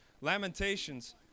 Lamentations